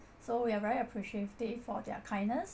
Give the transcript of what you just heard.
so we are very appreciative for their kindness